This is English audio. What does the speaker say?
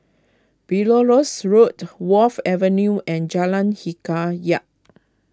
Belilios Road Wharf Avenue and Jalan Hikayat